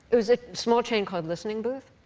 it was a small chain called listening booth.